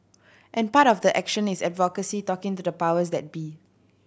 and part of the action is advocacy talking to the powers that be